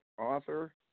author